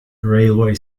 railway